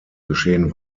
geschehen